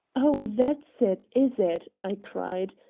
oh, that's it, is it? i cried.